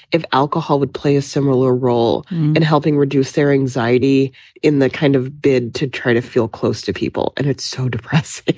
if alcohol would play a similar role in helping reduce their anxiety in the kind of bid to try to feel close to people. and it's so depressing.